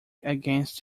against